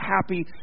happy